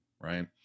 Right